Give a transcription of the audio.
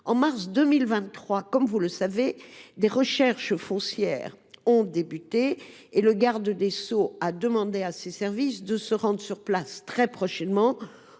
En mars 2023, comme vous le savez, des recherches foncières ont commencé. Le garde des sceaux a demandé à ses services de se rendre sur place très prochainement,